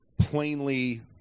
plainly